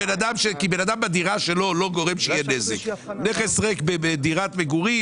כי בן אדם לא גורם לכך שיהיה נזק בדירה שלו; נכס ריק בדירת מגורים,